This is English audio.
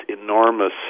enormous